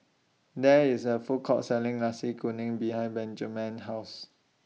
There IS A Food Court Selling Nasi Kuning behind Benjiman's House